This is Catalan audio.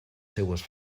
seues